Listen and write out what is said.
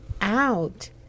out